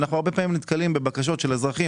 אנחנו הרבה פעמים נתקלים בבקשות של אזרחים